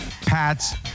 Pats